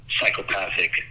psychopathic